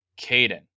Caden